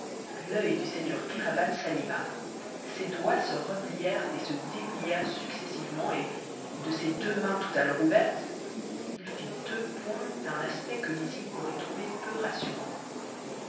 l'oeil du seigneur kéraban s'anima ses doigts se replièrent et se déplièrent successivement et de ses deux mains tout à l'heure ouvertes il fit deux poings d'un aspect que nizib aurait trouvé peu rassurant